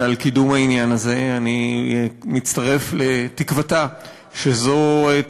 יש לך דקה וחצי.